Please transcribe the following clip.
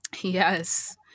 Yes